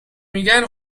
میگن